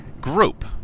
group